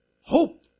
Hope